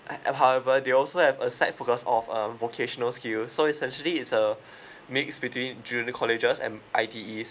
and however they also have a side focus of um vocational skills so is actually it's a mix between junior colleges and I_T_E